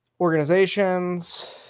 organizations